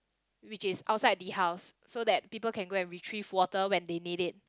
which is outside the house so that people can go and retrieve water when they need it